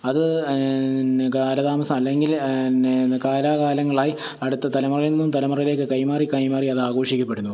അത് പിന്നെ കാലതാമസം അല്ലെങ്കിൽ പിന്നെ കാലാകാലങ്ങളായി അടുത്ത തലമുറയിൽ നിന്നും തലമുറയിലേക്ക് കൈമാറി കൈമാറി അത് ആഘോഷിക്കപ്പെടുന്നു